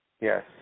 yes